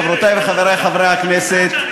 חברות וחברי חברי הכנסת,